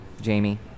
Jamie